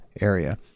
area